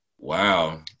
wow